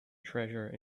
treasure